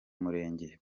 murenge